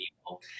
people